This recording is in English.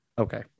Okay